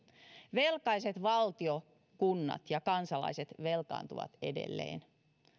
velkaiset valtio kunnat ja kansalaiset velkaantuvat edelleen